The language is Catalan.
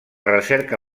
recerca